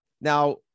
now